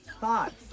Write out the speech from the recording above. Thoughts